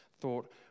thought